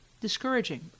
discouraging